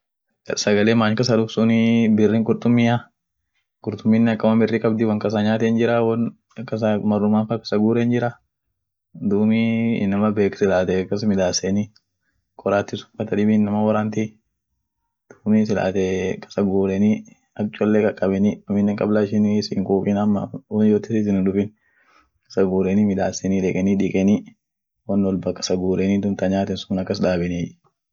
sagele mankasa duft birin kurtumi kurtumin akama wanbiri kabt takasanyanoa won maruman kasanyanoa dum inama bek duubii silaate kasaguureni ak chole kakabeni ak ishin siinkuukin wonyoote kasaguureni dikeni midaaseni duub ta nyaaten sun akas daabenie